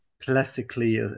classically